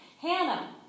Hannah